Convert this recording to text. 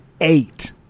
eight